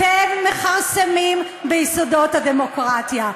אתם מכרסמים ביסודות הדמוקרטיה.